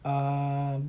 um